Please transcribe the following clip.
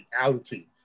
reality